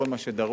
כל מה שדרוש,